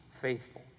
faithful